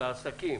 לעסקים